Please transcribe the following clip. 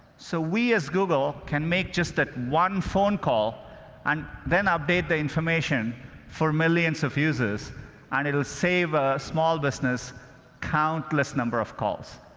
so, we as google, can make just that one phone call and then update the information for millions of users and it will save a small business countless number of calls.